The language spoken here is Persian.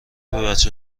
بچه